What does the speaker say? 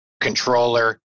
controller